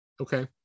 okay